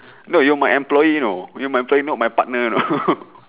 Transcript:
no you my employee you know you my employee not my partner you know